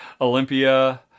Olympia